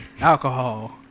Alcohol